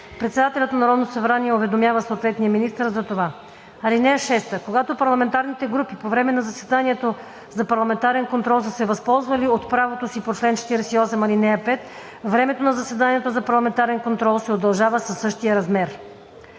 Председателят на Народното събрание уведомява съответния министър за това. (6) Когато парламентарните групи по време на заседанието за парламентарен контрол са се възползвали от правото си по чл. 48, ал. 5, времето на заседанието за парламентарен контрол се удължава със същия размер.“